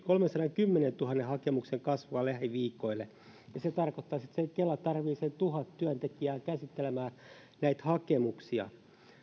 kolmensadankymmenentuhannen hakemuksen kasvua lähiviikoille se tarkoittaisi että kela tarvitsee sen tuhat työntekijää käsittelemään näitä hakemuksia